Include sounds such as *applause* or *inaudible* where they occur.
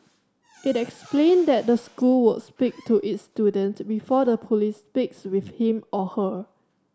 *noise* it explained that the school would speak to its student before the police speaks with him or her